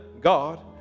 God